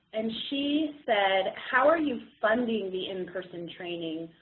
and she said, how are you funding the in-person training?